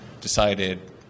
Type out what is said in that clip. decided